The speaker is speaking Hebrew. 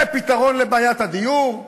זה פתרון לבעיית הדיור?